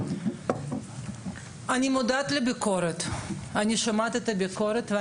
אני מודעת לביקורת ואני שומעת את הביקורת.